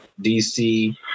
DC